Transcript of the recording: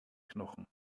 knochen